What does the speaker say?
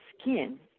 skin